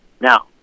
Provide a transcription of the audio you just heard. now